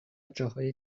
جاهای